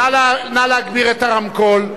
נא להגביר את הרמקול.